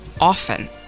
Often